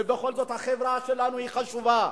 ובכל זאת החברה שלנו חשובה,